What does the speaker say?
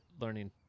learning